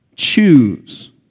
Choose